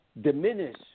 diminish